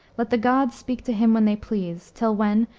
let the gods speak to him when they please till when,